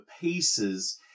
pieces